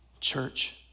Church